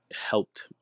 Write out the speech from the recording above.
helped